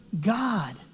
God